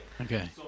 Okay